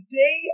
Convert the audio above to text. day